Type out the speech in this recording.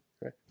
right